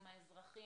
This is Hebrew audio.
עם האזרחים,